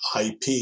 IP